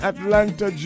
Atlanta